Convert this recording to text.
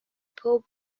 bob